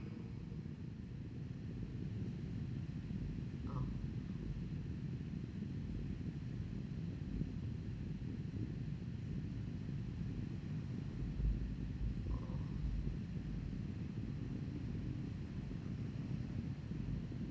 ah oh